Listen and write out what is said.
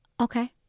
Okay